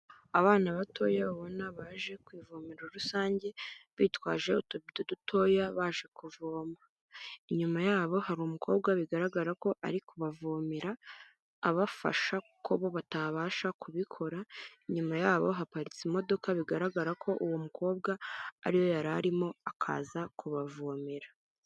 Abana batoya ubona baje kuvomero rusange bitwaje utubido dutoya baje kuvoma. inyuma yabo hari umukobwa bigaragara ko ari kubavomera abafasha kuko bo batabasha kubikora, inyuma yabo haparitse imodoka bigaragara ko uwo mukobwa ariyo yararimo akaza kubavomera.